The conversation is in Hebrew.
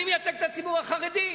אני מייצג את הציבור החרדי.